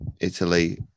Italy